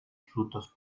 frutos